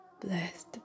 Blessed